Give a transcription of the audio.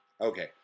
okay